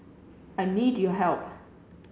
I need your help